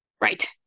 Right